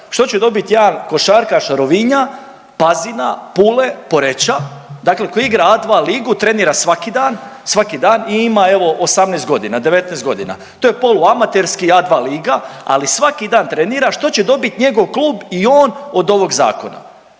Što ću dobiti jedan košarkaš Rovinja, Pazina, Pule, Poreča koji igra A2 ligu, trenira svaki dan i ima evo 18 godina, 19 godina? To je poluamaterski A2 liga, ali svaki dan trenira. Što će dobiti njegov klub i on od ovog Zakona?